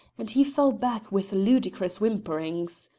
and he fell back with ludicrous whimperings.